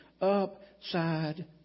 upside